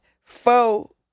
faux